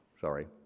Sorry